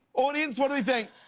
audience, what do we think?